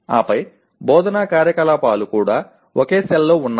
ఆపై బోధనా కార్యకలాపాలు కూడా ఒకే సెల్లో ఉన్నాయి